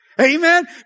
Amen